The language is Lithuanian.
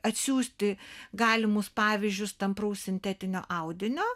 atsiųsti galimus pavyzdžius tampraus sintetinio audinio